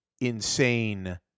insane